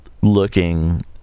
looking